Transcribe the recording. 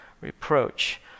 reproach